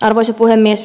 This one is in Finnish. arvoisa puhemies